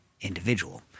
individual